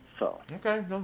Okay